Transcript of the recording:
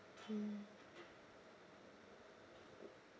mm